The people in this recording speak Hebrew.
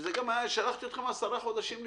וכבר שלחתי אתכם להתאמן על זה עשרה חודשים,